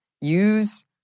use